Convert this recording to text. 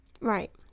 Right